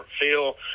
feel